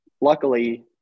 luckily –